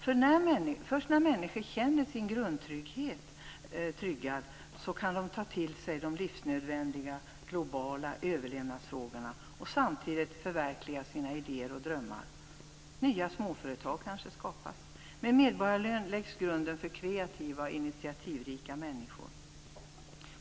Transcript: Först när människor känner att de har sin grundtrygghet kan de ta till sig de livsnödvändiga globala överlevnadsfrågorna och samtidigt förverkliga sina idéer och drömmar. Nya småföretag kanske skapas. Med medborgarlön läggs grunden för kreativa initiativrika människor.